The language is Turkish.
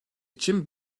için